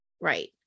right